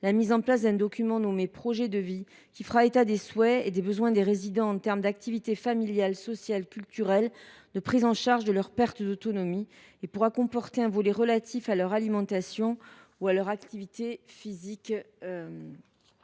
la mise en place d’un document nommé « projet de vie », qui fera état des souhaits et des besoins des résidents en termes d’activités familiales, sociales, culturelles, de prise en charge de leur perte d’autonomie, et pourra comporter un volet relatif à leur alimentation ou à leur activité physique